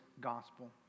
gospel